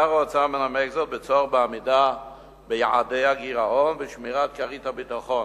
שר האוצר מנמק זאת בצורך בעמידה ביעדי הגירעון ושמירת כרית ביטחון.